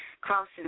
crossing